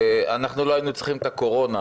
לא היינו צריכים את הקורונה